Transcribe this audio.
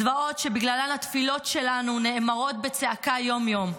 זוועות שבגללן התפילות שלנו נאמרות בצעקה יום-יום.